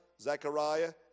Zechariah